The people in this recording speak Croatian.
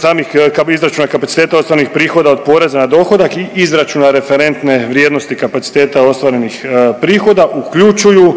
samih izračuna kapaciteta ostalih prihoda od poreza na dohodak i izračuna referentne vrijednosti kapaciteta ostvarenih prihoda uključuju